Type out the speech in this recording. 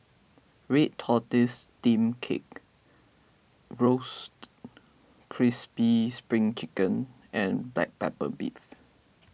Red Tortoise Steamed Cake Roasted Crispy Spring Chicken and Black Pepper Beef